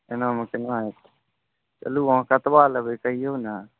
एनामे केना हेतै चलूँ अहाँ कतबा लेबै कहियौ ने